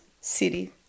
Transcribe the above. city